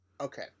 okay